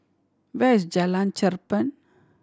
where is Jalan Cherpen